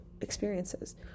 experiences